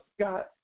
Scott